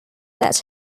that